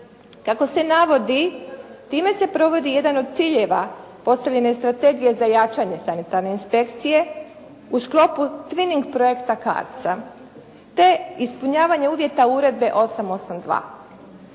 Kako se navodi, time se provodi jedan od ciljeva, postavljene strategije za jačanje sanitarne inspekcije u sklopu …/Govornik se ne razumije./… projekta CARDS-a, te ispunjavanja uvjeta uredbe 882.